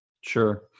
sure